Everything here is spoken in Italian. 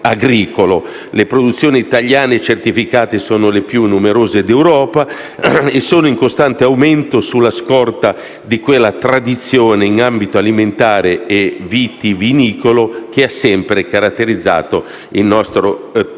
Le produzioni italiane certificate sono le più numerose d'Europa e sono in costante aumento sulla scorta di quella tradizione in ambito alimentare e vitivinicolo che ha sempre caratterizzato il nostro territorio.